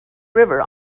river